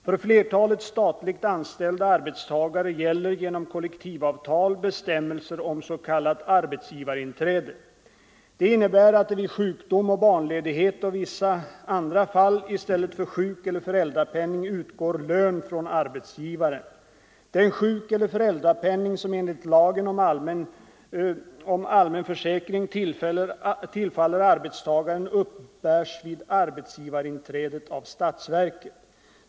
För flertalet statligt anställda arbetstagare gäller genom kollektivavtal bestämmelser om s.k. arbetsgivarinträde. Det innebär att det vid sjukdom och barnledighet och vissa andra fall i stället för sjukeller föräldrapenning utgår lön från arbetsgivaren. Den sjukeller föräldrapenning som enligt lagen om allmän försäkring tillfaller arbetstagaren uppbärs vid arbetsgivarinträde av statsverket.